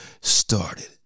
started